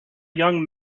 young